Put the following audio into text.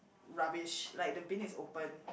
rubbish like the bin is open